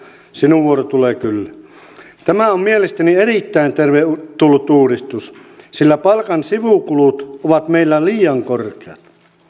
sinun vuorosi tulee kyllä tämä on mielestäni erittäin tervetullut uudistus sillä palkan sivukulut ovat meillä liian korkeat